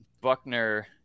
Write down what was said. Buckner